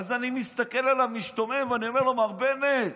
ואז אני מסתכל עליו משתומם ואני אומר לו: מר בנט,